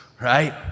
Right